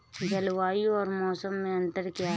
जलवायु और मौसम में अंतर क्या है?